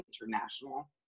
international